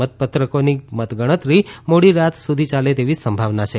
મતપત્રકોની મતગણતરી મોડી રાત સુધી યાલે તેવી સંભાવના છે